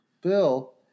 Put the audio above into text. Bill